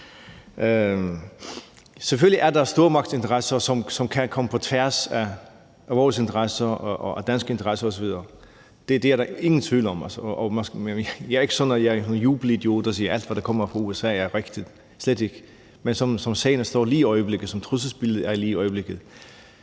Selvfølgelig er der stormagtsinteresser, som kan komme på tværs af vores interesser og danske interesser osv. Det er der ingen tvivl om, og det er ikke sådan, at jeg er jubelidiot og siger, at alt, hvad der kommer fra USA, er rigtigt – slet ikke. Men som sagerne står lige i øjeblikket, som trusselsbilledet er lige i øjeblikket,